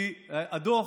כי הדוח